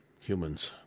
humans